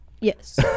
Yes